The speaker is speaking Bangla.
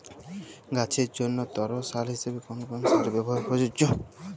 গাছের জন্য তরল সার হিসেবে কোন কোন সারের ব্যাবহার প্রযোজ্য?